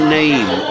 name